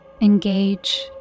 Engage